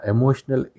Emotional